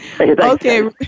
Okay